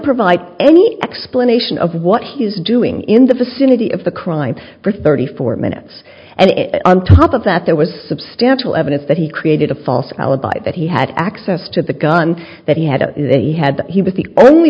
provide any explanation of what he is doing in the vicinity of the crime for thirty four minutes and on top of that there was substantial evidence that he created a false alibi that he had access to the gun that he had a they had he was the only